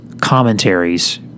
commentaries